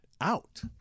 out